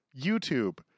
youtube